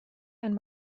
ein